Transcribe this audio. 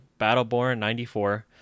Battleborn94